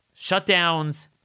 Shutdowns